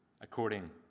according